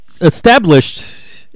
established